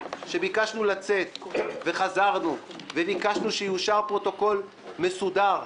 שביקשנו לצאת וחזרנו וביקשנו שיאושר פרוטוקול מסודר,